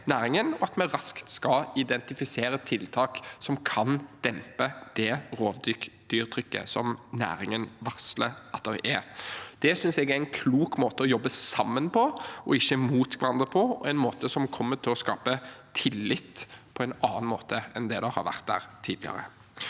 at vi raskt skal identifisere tiltak som kan dempe det rovdyrtrykket som næringen varsler at det er. Det synes jeg er en klok måte å jobbe sammen på – og ikke mot hverandre – og en måte som kommer til å skape tillit på en annen måte enn det som har vært der tidligere.